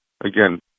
again